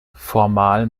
formal